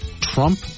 Trump